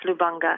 Lubanga